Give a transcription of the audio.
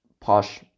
posh